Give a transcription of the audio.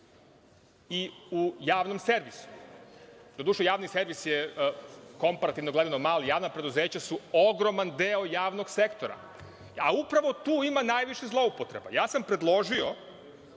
i u javnom servisu? Doduše, javni servis je, komparativno gledano, mali. Javna preduzeća su ogroman deo javnog sektora. Upravo tu ima najviše zloupotreba. Predložio